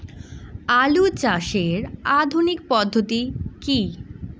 আলু চাষের আধুনিক পদ্ধতি কি?